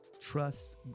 trust